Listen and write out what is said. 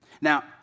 Now